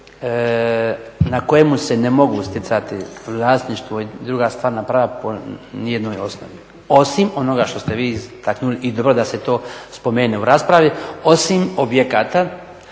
na kojemu se ne mogu stjecati vlasništvo i druga stvarna prava po ni jednoj osnovi osim onoga što ste vi istaknuli i dobro da se to spomene u raspravi, osim objekata